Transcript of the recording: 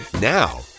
now